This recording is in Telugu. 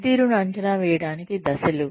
పనితీరును అంచనా వేయడానికి దశలు